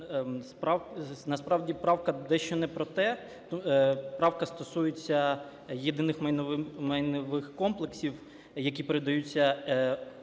Насправді правка дещо не про те. Правка стосується єдиних майнових комплексів, які передаються